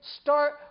start